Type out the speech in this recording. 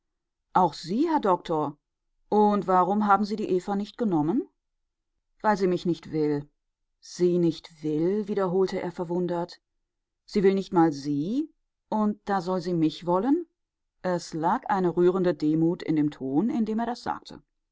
auch sie herr doktor und warum haben sie die eva nicht genommen weil sie mich nicht will sie nicht will wiederholte er verwundert sie will nicht mal sie und da soll sie mich wollen es lag eine rührende demut in dem ton in dem er das sagte